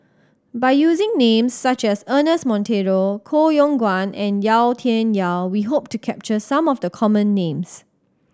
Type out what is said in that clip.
by using names such as Ernest Monteiro Koh Yong Guan and Yau Tian Yau we hope to capture some of the common names